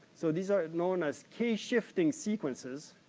so, these are known as key shifting sequences.